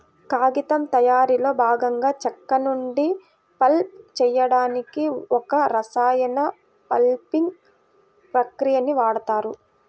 కాగితం తయారీలో భాగంగా చెక్క నుండి పల్ప్ చేయడానికి ఒక రసాయన పల్పింగ్ ప్రక్రియని వాడుతారు